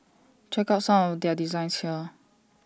check out some of their designs here